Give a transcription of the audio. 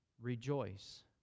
Rejoice